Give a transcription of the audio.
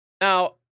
Now